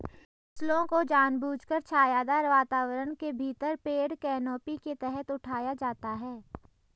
फसलों को जानबूझकर छायादार वातावरण के भीतर पेड़ कैनोपी के तहत उठाया जाता है